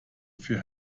für